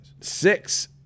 Six